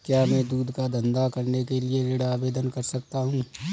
क्या मैं दूध का धंधा करने के लिए ऋण आवेदन कर सकता हूँ?